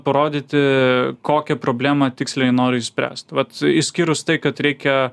parodyti kokią problemą tiksliai nori išspręst vat išskyrus tai kad reikia